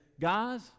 guys